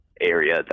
area